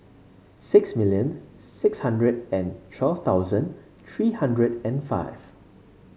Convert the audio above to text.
six million six hundred and twelve thousand three hundred and five